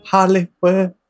Hollywood